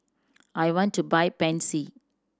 I want to buy Pansy